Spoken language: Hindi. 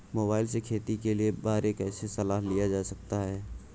मोबाइल से खेती के बारे कैसे सलाह लिया जा सकता है?